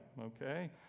Okay